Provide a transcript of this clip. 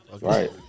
Right